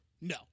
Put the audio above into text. No